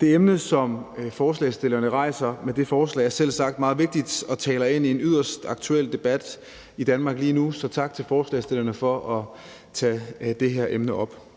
Det emne, som forslagsstillerne rejser med det forslag, er selvsagt meget vigtigt og taler ind i en yderst aktuel debat i Danmark lige nu. Så tak til forslagsstillerne for at tage det her emne op.